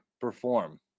perform